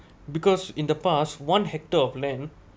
because in the past one hectare of land